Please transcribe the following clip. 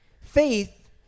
Faith